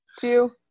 two